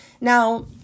Now